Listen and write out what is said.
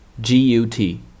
G-U-T